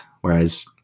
whereas